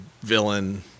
villain